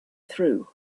through